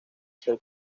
ser